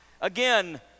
Again